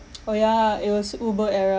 oh ya it was uber era